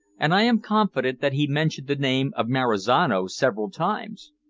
and i am confident that he mentioned the name of marizano several times.